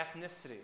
ethnicity